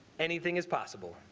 anything is possible.